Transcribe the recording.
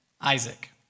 Isaac